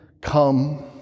come